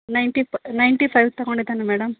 ninety ninety five ತಗೊಂಡಿದ್ದಾನೆ madam